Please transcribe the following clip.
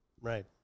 Right